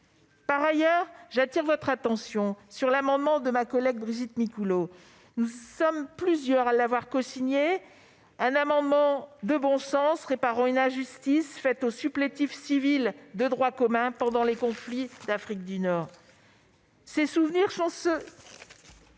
Par ailleurs, j'attire votre attention sur l'amendement de ma collègue Brigitte Micouleau ; nous sommes plusieurs à l'avoir cosigné. Il s'agit d'un amendement de bon sens, visant à réparer une injustice faite aux supplétifs civils de droit commun pendant les conflits d'Afrique du Nord. Ils ne sont plus